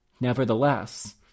Nevertheless